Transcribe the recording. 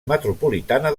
metropolitana